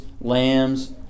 lambs